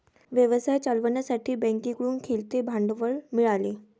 व्यवसाय चालवण्यासाठी बँकेकडून खेळते भांडवल मिळाले